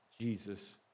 Jesus